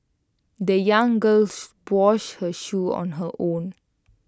the young girl washed her shoes on her own